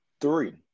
Three